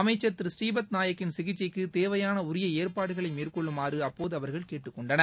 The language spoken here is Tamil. அமைச்சர் திரு ஸ்ரீபத் நாயக்கின் சிகிச்சைக்கு தேவையான உரிய ஏற்பாடுகளை மேற்கொள்ளுமாறு அப்போது அவர்கள் கேட்டுக்கொண்டனர்